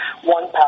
one